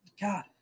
God